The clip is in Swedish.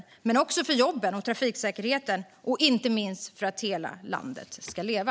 Men vi tar också ansvar för jobben, trafiksäkerheten, och inte minst för att hela landet ska leva.